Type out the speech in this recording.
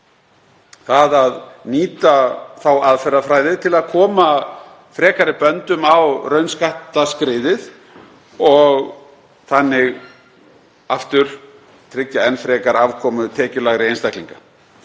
það að nýta þá aðferðafræði til að koma frekari böndum á raunskattaskriðið og þannig aftur tryggja enn frekar afkomu tekjulægri einstaklinga.